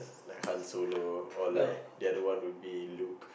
like Han-Solo or like the other one would be Luke